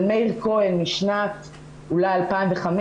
של מאיר כהן משנת אולי 2015,